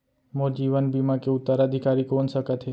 मोर जीवन बीमा के उत्तराधिकारी कोन सकत हे?